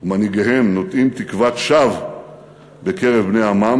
ומנהיגיהם נוטעים תקוות שווא בקרב בני עמם